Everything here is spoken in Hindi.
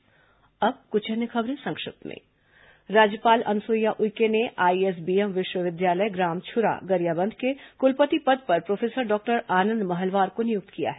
संक्षिप्त समाचार खबरें संक्षिप्त में राज्यपाल अनुसुईया उइके ने आईएसबीएम विश्वविद्यालय ग्राम छ्रा गरियाबंद के क्लपति पद पर प्रोफेसर डॉक्टर आनंद महलवार को नियुक्त किया है